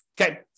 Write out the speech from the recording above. Okay